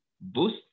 Boost